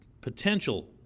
potential